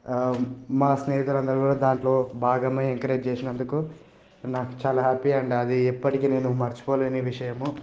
మా స్నేహితులు అందరూ కూడా దాంట్లో భాగమై ఎంకరేజ్ చేసినందుకు నాకు చాలా హ్యాపీ అండ్ అది ఎప్పటికి నేను మర్చిపోలేని విషయము